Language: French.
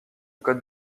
code